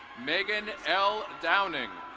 megan l downing.